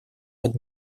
под